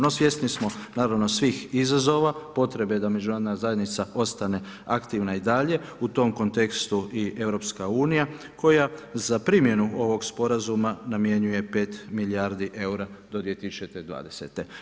No, svjesni smo naravno svih izazova potrebe da međunarodna zajednica ostane aktivna i dalje u tom kontekstu i Europska unija koja za primjenu ovoga Sporazuma namjenjuje 5 milijardi eura do 2020.